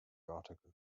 article